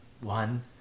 one